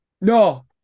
No